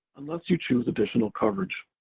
unless you choose additional coverage.